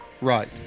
Right